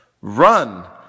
run